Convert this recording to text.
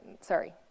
sorry